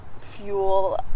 fuel